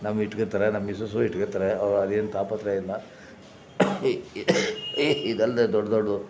ನಮ್ಮ ಇಟ್ಕೊತಾರೆ ನಮ್ಮ ಮಿಸಸ್ಸೂ ಇಟ್ಕೋತಾರೇ ಅವು ಅದೇನು ತಾಪತ್ರಯ ಇಲ್ಲ ಈ ಇದಲ್ಲದೇ ದೊಡ್ಡ ದೊಡ್ಡದು